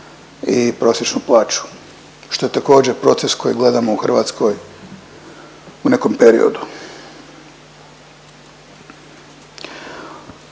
i prosječnu plaću što je također proces koji gledamo u Hrvatskoj u nekom periodu.